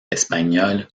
espagnol